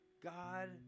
God